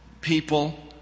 people